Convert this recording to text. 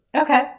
Okay